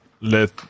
let